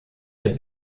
der